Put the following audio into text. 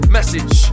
Message